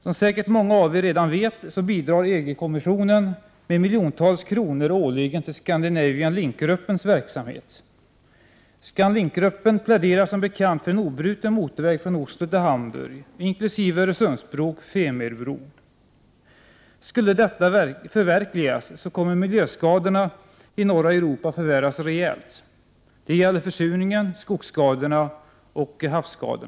Som säkert många av er redan vet bidrar EG-kommissionen årligen med miljontals kronor till Scandinavian Link-gruppens verksamhet. ScanLinkgruppen pläderar som bekant för en obruten motorväg från Oslo till Hamburg, inkl. en Öresundsbro och en Femerbro. Skulle detta förverkligas kommer miljöskadorna i norra Europa att förvärras rejält. Det är här fråga om försurning, skogsskador och havsskador.